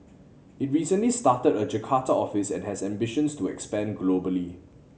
it recently started a Jakarta office and has ambitions to expand globally